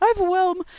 Overwhelm